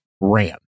ran